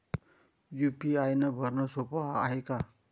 UPI भरनं सोप हाय का?